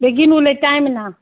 बेगीन उलय टायम ना